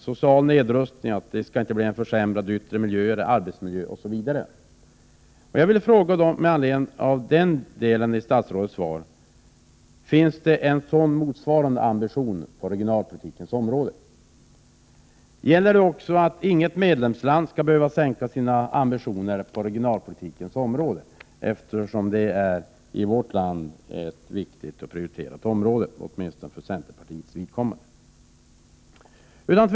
Hon slår fast att ett närmare samarbete med EG inte skall få till följd en social nedrustning, en försämrad yttre miljö osv. Med anledning av detta vill jag fråga: Finns det en motsvarande ambition på regionalpolitikens område? Innefattar detta även att inget medlemsland skall behöva sänka sina ambitioner när det gäller regionalpolitiken, som i vårt land är ett viktigt och prioriterat område — åtminstone för centerpartiets vidkommande?